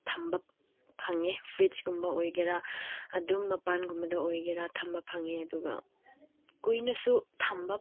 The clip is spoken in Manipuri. ꯊꯝꯕ ꯐꯪꯉꯦ ꯐ꯭ꯔꯤꯠꯁꯀꯨꯝꯕ ꯑꯣꯏꯒꯦꯔ ꯑꯗꯨꯝ ꯃꯄꯥꯟꯒꯨꯝꯕꯗ ꯑꯣꯏꯒꯦꯔ ꯊꯝꯕ ꯐꯪꯉꯦ ꯑꯗꯨꯒ ꯀꯨꯏꯅꯁꯨ ꯊꯝꯕ